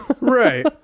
right